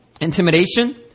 intimidation